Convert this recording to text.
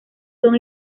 son